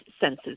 senses